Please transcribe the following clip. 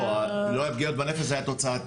לא, לא היו פגיעות בנפש זה התוצאתי.